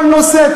כל נושא,